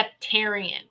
septarian